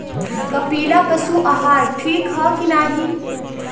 कपिला पशु आहार ठीक ह कि नाही?